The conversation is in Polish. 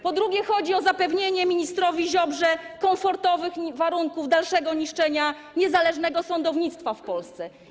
Po drugie, chodzi o zapewnienie ministrowi Ziobrze komfortowych warunków dalszego niszczenia niezależnego sądownictwa w Polsce.